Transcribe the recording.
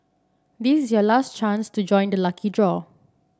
this is your last chance to join the lucky draw